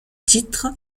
titre